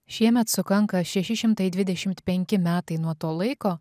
šiemet sukanka šeši šimtai dvidešimt metai nuo to laiko